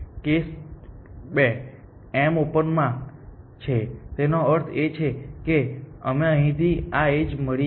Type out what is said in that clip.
case 2 m open માં છે તેનો અર્થ એ છે કે અમને અહીં આ એજ મળી છે